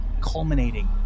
culminating